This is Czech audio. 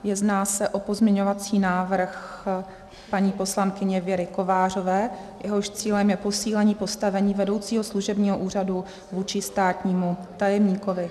Jedná se o pozměňovací návrh paní poslankyně Věry Kovářové, jehož cílem je posílení postavení vedoucího služebního úřadu vůči státnímu tajemníkovi.